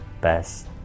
best